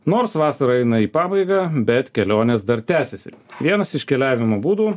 nors vasara eina į pabaigą bet kelionės dar tęsiasi vienas iš keliavimo būdų